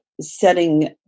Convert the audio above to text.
setting